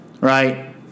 right